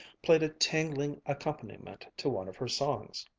played a tingling accompaniment to one of her songs.